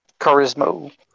Charisma